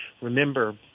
remember